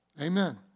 Amen